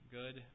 good